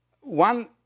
One